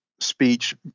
speech